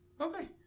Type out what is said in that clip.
Okay